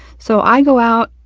so, i go out,